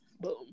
boom